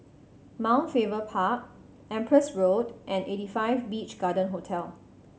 Mount Faber Park Empress Road and Eighty Five Beach Garden Hotel